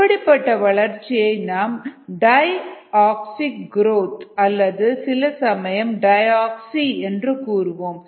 அப்படிப்பட்ட வளர்ச்சியை நாம் டைஆக்சிக் குரோத் அல்லது சில சமயம் டைஆக்சி என்று கூறுவோம்